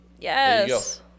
Yes